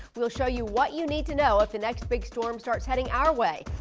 we'll show you what you need to know if the next big storm starts heading our way.